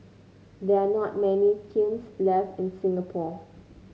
there are not many kilns left in Singapore